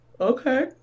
Okay